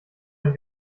ein